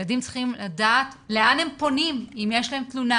ילדים צריכים לדעת לאן הם פונים אם יש להם תלונה,